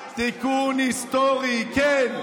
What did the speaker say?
תיקון היסטורי, כן.